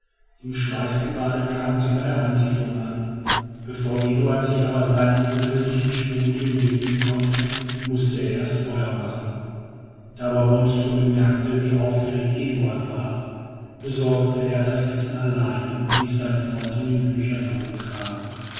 im schweiß gebadet kamen sie bei der ansiedelung an bevor eduard sich aber seinen urweltlichen studien widmen konnte mußte er erst feuer machen da aber wonström bemerkte wie aufgeregt eduard war besorgte er das essen allein und ließ seinen freund in den büchern herum